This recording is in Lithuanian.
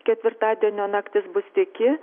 ketvirtadienio naktis bus tyki